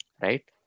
Right